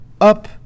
up